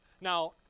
Now